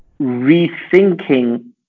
rethinking